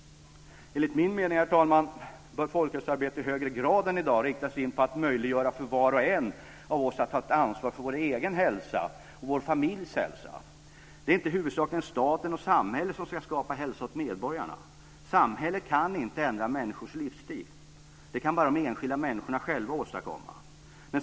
Enligt min mening, herr talman, bör folkhälsoarbetet i högre grad än i dag riktas in på att möjliggöra för var och en av oss att ta ansvar för vår egen och vår familjs hälsa. Det är inte huvudsakligen staten och samhället som ska skapa hälsa åt medborgarna. Samhället kan inte ändra människors livsstil. Det kan bara de enskilda människorna själva åstadkomma.